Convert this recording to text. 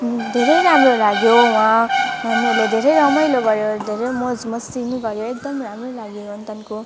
धेरै राम्रो लाग्यो वहाँ हामीले धेरै रमाइलो गर्यौँ धेरै मोज मस्ती पनि भयो एकदम राम्रो लाग्यो अनि त्यहाँदेखिको